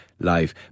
life